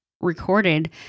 recorded